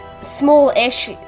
small-ish